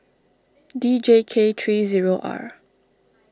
D J K three zero R